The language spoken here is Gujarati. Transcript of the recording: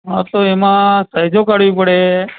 હા તો એમાં સાઈજો કાઢવી પડે